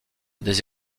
des